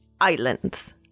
Islands